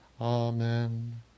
Amen